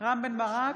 רם בן ברק,